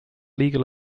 legal